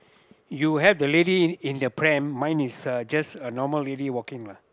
you have the lady in the plame mine is a just a normal lady walking lah